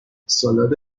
سالاد